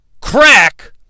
Crack